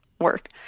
work